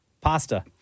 Pasta